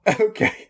Okay